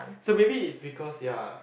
so maybe is because ya